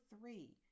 three